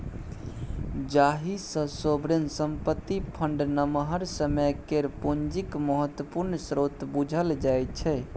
जाहि सँ सोवरेन संपत्ति फंड नमहर समय केर पुंजीक महत्वपूर्ण स्रोत बुझल जाइ छै